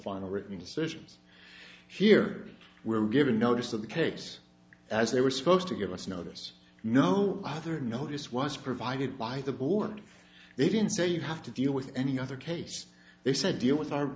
final written decisions here were given notice of the case as they were supposed to give us notice no other notice was provided by the board they didn't say you have to deal with any other case they said deal with our